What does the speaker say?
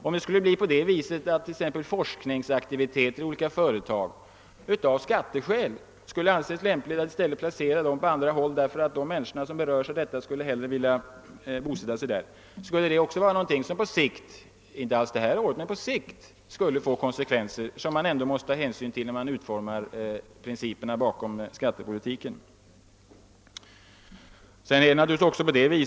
Om t.ex. olika företag av skatteskäl anser det lämpligt att placera sin forskning på andra håll i världen, kanske därför att de berörda personerna själva hellre bosätter sig där, skulle det på sikt få konsekvenser som man också måste ta hänsyn till när man utformar principerna bakom skattepolitiken.